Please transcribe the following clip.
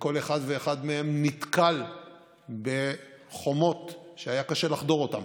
וכל אחד ואחד מהם נתקל בחומות שהיה קשה לחדור אותן,